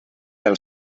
del